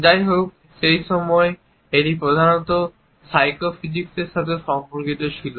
যাইহোক সেই সময়ে এটি প্রধানত সাইকোফিজিক্সের সাথে সম্পর্কিত ছিল